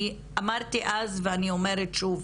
אני אמרתי אז ואני אומרת שוב,